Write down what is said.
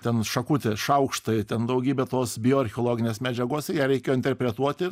ten šakutė šaukštai ten daugybė tos bioarcheologinės medžiagos ir ją reikėjo interpretuoti